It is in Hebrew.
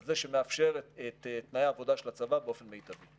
כזה שמאפשר את תנאי העבודה של הצבא באופן מיטבי.